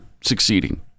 succeeding